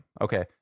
Okay